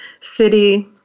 city